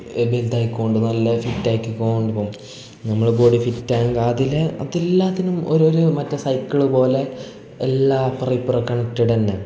ബൽതായിക്കൊണ്ട് നല്ല ഫിറ്റാക്കിക്കോണ്ട് പോവും ഞമ്മളെ ബോഡി ഫിറ്റായങ്കിൽ അതിലെ അതെല്ലാത്തിനും ഓരോരോ മറ്റെ സൈക്കിള് പോലെ എല്ലാ അപ്പ്രൊ ഇപ്പ്രൊ കണക്റ്റടന്നെ